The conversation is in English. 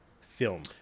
film